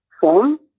form